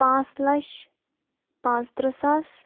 پانٛژھ لَچھ پانٛژھ تٕرٛہ ساس